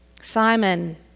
Simon